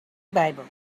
bible